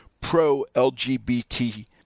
pro-LGBT